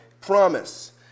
promise